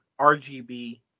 RGB